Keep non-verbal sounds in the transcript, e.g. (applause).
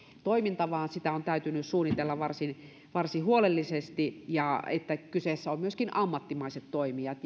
toiminta vaan sitä on täytynyt suunnitella varsin varsin huolellisesti ja että kyseessä myöskin ovat ammattimaiset toimijat (unintelligible)